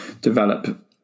develop